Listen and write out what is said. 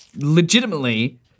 Legitimately